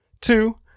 Two